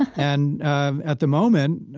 and at the moment,